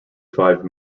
five